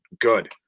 good